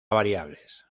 variables